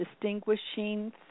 distinguishing